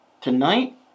Tonight